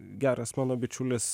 geras mano bičiulis